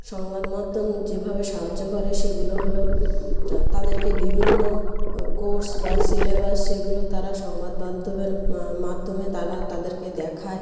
সংবাদ মাধ্যম যেভাবে সাহায্য করে সেগুলো হলো তাদেরকে বিভিন্ন কোর্স বা সিলেবাস সেগুলো তারা সংবাদ মাধ্যমের মাধ্যমে তারা তাদেরকে দেখায়